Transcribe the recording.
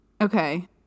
okay